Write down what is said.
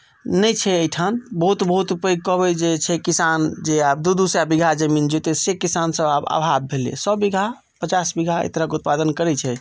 नहि छै एहिठाम बहुत बहुत पैघके कहबै जे छै किसान जे आब दू दू सय बीघा जमीन जोतैत छै से किसानसभ आब अभाव भेलै सए बीघा पचास बीघा एहि तरहक उत्पादन करैत छै